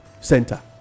center